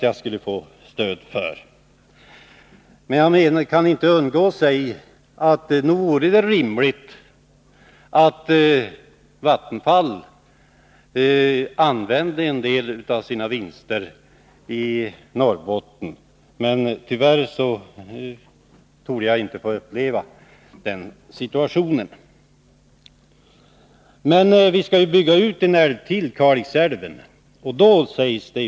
Jag kan inte låta bli att framhålla att nog vore det väl rimligt att Vattenfall använde en del av sina vinster i Norrbotten. Tyvärr torde jag inte få uppleva den situationen. Ytterligare en älv — Kalixälven — skall ju byggas ut.